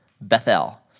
Bethel